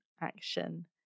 action